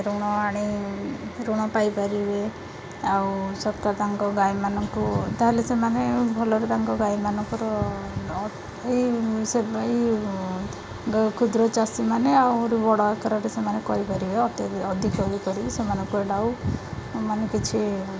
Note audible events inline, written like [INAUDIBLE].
ଋଣ ଆଣି ଋଣ ପାଇପାରିବେ ଆଉ ସରକାର ତାଙ୍କ ଗାଈମାନଙ୍କୁ ତା'ହେଲେ ସେମାନେ ଭଲରେ ତାଙ୍କ ଗାଈମାନଙ୍କର ଏଇ କ୍ଷୁଦ୍ର ଚାଷୀମାନେ ଆହୁରି ବଡ଼ ଆକାରରେ ସେମାନେ କରିପାରିବେ ଅତ୍ୟଧିକ ଅଧିକ ଇଏ କରିକି ସେମାନଙ୍କୁ [UNINTELLIGIBLE] ଆଉ ମାନେ କିଛି